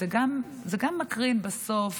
זה גם מקרין בסוף